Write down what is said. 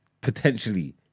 potentially